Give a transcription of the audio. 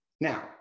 Now